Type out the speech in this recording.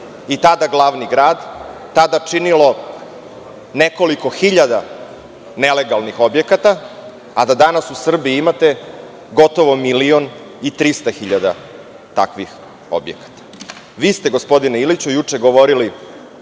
i tada glavni grad činilo nekoliko hiljada nelegalnih objekata, a da danas u Srbiji imate gotovo milion i 300 hiljada takvih objekata. Vi ste gospodine Iliću, juče govorili